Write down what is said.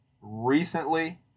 recently